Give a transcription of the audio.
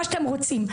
מה שאתם רוצים.